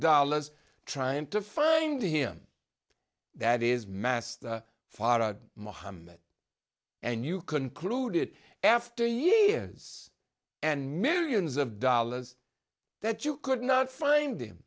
dollars trying to find him that is massed far mohammad and you concluded after years and millions of dollars that you could not find him